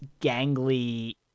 gangly